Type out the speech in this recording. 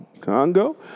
Congo